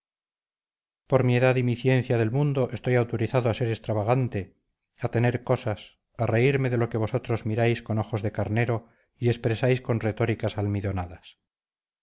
por mi edad y mi ciencia del mundo estoy autorizado a ser extravagante a tener cosas a reírme de lo que vosotros miráis con ojos de carnero y expresáis con retóricas almidonadas